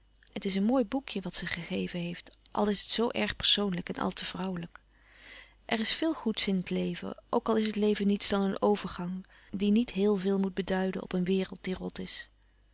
het is een mooi boekje wat ze gegeven heeft al is het zoo erg persoonlijk en al te vrouwelijk er is veel goeds in het leven ook al is het leven niets dan een overgang die niet heel veel moet beduiden op een wereld die rot